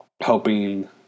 helping